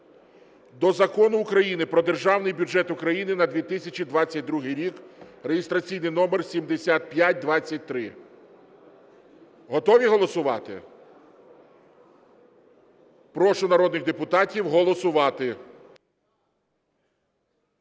до Закону України "Про Державний бюджет України на 2022 рік" (реєстраційний номер 7523). Готові голосувати? Прошу народних депутатів голосувати.